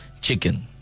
Chicken